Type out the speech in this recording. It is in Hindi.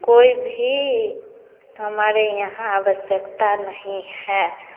कोई भी हमारे यहाँ आवश्यकता नहीं है